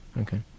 Okay